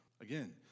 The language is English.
again